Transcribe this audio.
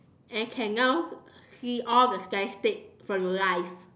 and can now see all the statistic from your life